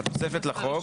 התוספת לחוק,